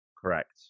Correct